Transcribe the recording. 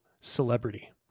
celebrity